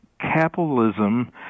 capitalism